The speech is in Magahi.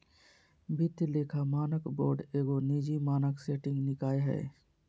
वित्तीय लेखा मानक बोर्ड एगो निजी मानक सेटिंग निकाय हइ